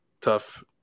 tough